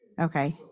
Okay